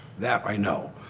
that i know.